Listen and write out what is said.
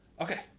Okay